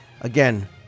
Again